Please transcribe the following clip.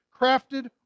crafted